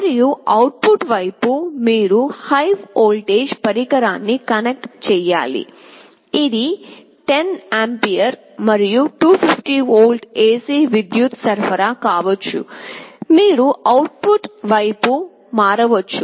మరియు output వైపు మీరు హై వోల్టేజ్ పరికరాన్ని కనెక్ట్ చేయాలి ఇది 10 ఆంపియర్ మరియు 250 V AC విద్యుత్ సరఫరా కావచ్చు మీరు అవుట్ పుట్ వైపు మారవచ్చు